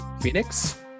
Phoenix